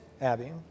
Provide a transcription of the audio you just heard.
Abby